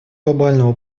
глобального